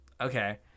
Okay